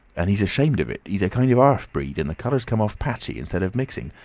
and he's ashamed of it. he's a kind of ah half-breed, and the colour's come off patchy instead of mixing.